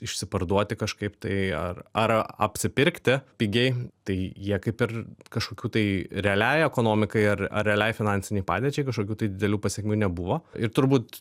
išsiparduoti kažkaip tai ar ar apsipirkti pigiai tai jie kaip ir kažkokių tai realiai ekonomikai ar ar realiai finansinei padėčiai kažkokių tai didelių pasekmių nebuvo ir turbūt